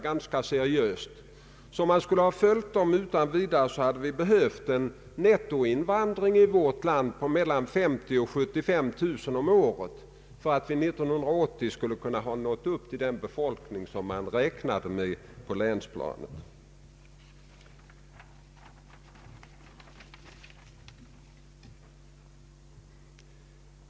I Norge bor en större andel av befolkningen i huvudstaden Oslo jämfört med den andel av Sveriges befolkning som bor i Stockholm. I London, som har fler människor än Sverige, är befolkningen samlad på en yta mindre än Skånes.